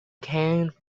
came